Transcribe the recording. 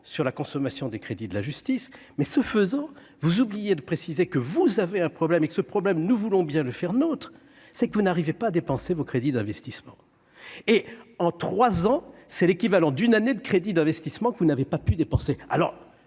sur la consommation des crédits de la justice mais, ce faisant, vous oubliez de préciser que vous avez un problème et que ce problème, nous voulons bien le faire nôtre c'est que vous n'arrivez pas dépenser vos crédits d'investissement et en 3 ans, c'est l'équivalent d'une année de crédits d'investissement que vous n'avez pas pu dépenser,